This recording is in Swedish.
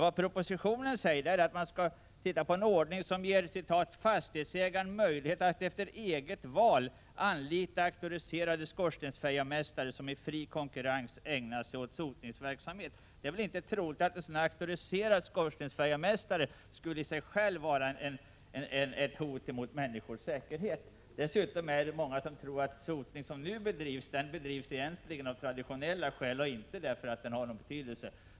Vad propositionen säger är att man skall undersöka möjligheterna för en ordning som ger fastighetsägaren rätt att efter eget val anlita auktoriserade skorstensfejarmästare som i fri konkurrens ägnar sig åt sotningsverksamhet. Det är väl inte troligt att en auktoriserad skorstensfejarmästare skulle vara ett hot mot människors säkerhet? Många människor tror för övrigt att den sotning som nu förekommer bedrivs av traditionella skäl och inte därför att den har någon betydelse.